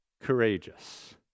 courageous